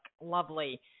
lovely